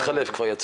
אני אתחבר לזה.